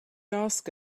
ask